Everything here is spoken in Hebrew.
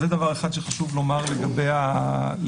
זה דבר אחד שחשוב לומר לגבי ההגדרה